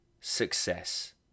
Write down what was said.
success